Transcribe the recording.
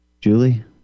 Julie